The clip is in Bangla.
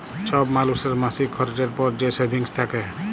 ছব মালুসের মাসিক খরচের পর যে সেভিংস থ্যাকে